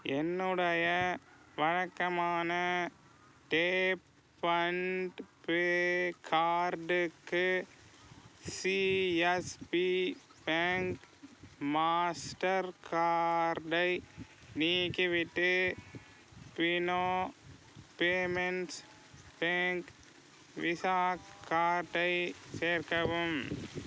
என்னுடைய வழக்கமான tap and pay கார்டுக்கு சிஎஸ்பி பேங்க் மாஸ்டர் கார்டை நீக்கிவிட்டு ஃபினோ பேமெண்ட்ஸ் பேங்க் விசா கார்டை சேர்க்கவும்